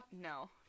no